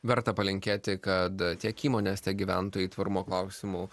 verta palinkėti kad tie įmonės tiek gyventojai tvarumo klausimu